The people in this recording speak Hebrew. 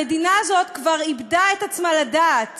המדינה הזאת כבר איבדה את עצמה לדעת